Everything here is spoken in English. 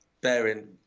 Bearing